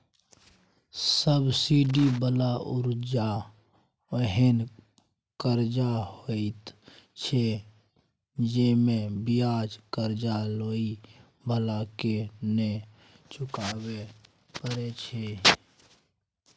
subsidy बला कर्जा ओहेन कर्जा होइत छै जइमे बियाज कर्जा लेइ बला के नै चुकाबे परे छै